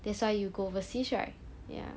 that's why you go overseas right ya